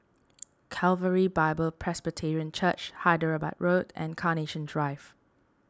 Calvary Bible Presbyterian Church Hyderabad Road and Carnation Drive